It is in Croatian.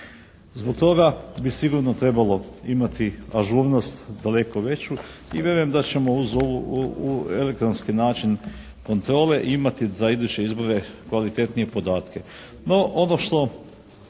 Zbog toga bi sigurno trebalo imati ažurnost daleko veću. I vjerujem da ćemo uz ovu, elektronski način kontrole imati za iduće izbore kvalitetnije podatke.